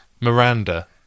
Miranda